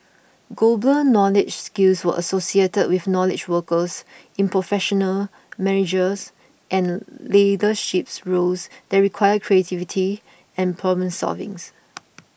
global knowledge skills were associated with knowledge workers in professional managerial and leadership roles that require creativity and problem solvings